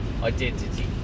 Identity